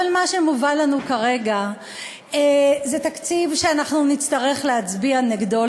אבל מה שמובא לנו כרגע זה תקציב שנצטרך להצביע נגדו,